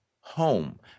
home